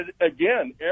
again